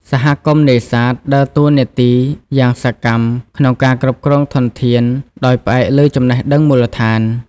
សហគមន៍នេសាទ ដើរតួនាទីយ៉ាងសកម្មក្នុងការគ្រប់គ្រងធនធានដោយផ្អែកលើចំណេះដឹងមូលដ្ឋាន។